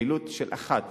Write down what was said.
פעילות אחת.